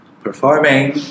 performing